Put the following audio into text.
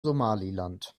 somaliland